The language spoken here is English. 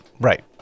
Right